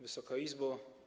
Wysoka Izbo!